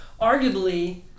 arguably